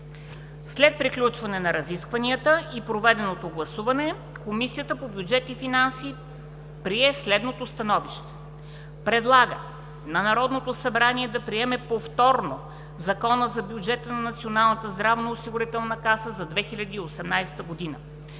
След приключване на разискванията и проведеното гласуване Комисията по бюджет и финанси предлага на Народното събрание да приеме повторно Закона за бюджета на Националната здравноосигурителна каса за 2018 г.